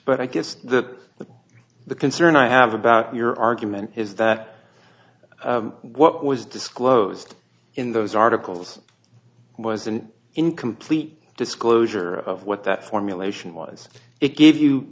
but i guess that the concern i have about your argument is that what was disclosed in those articles was an incomplete disclosure of what that formulation was it gave you